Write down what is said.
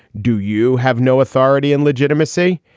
do you have no authority and legitimacy?